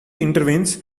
intervenes